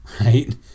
right